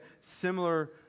Similar